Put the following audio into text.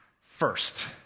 first